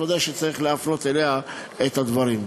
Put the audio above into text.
ודאי שצריך להפנות אליה את הדברים.